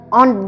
on